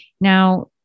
Now